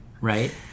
Right